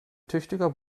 tüchtiger